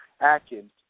Atkins